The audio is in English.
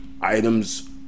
items